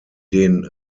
den